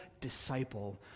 disciple